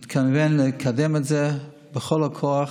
אני מתכוון לקדם את זה בכל הכוח,